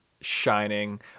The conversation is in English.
shining